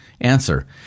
Answer